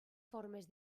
formes